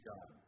God